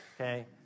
okay